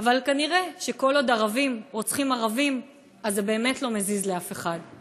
אבל כנראה שכל עוד ערבים רוצחים ערבים זה באמת לא מזיז לאף אחד.